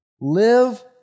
Live